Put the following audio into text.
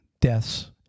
deaths